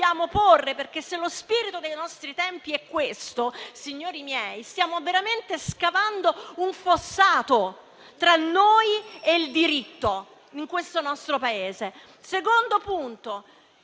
domandare. Se lo spirito dei nostri tempi è questo, signori miei, stiamo veramente scavando un fossato tra noi e il diritto nel nostro Paese. Secondo punto: